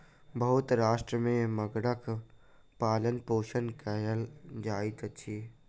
बहुत राष्ट्र में मगरक पालनपोषण कयल जाइत अछि